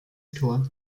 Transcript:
tor